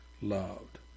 loved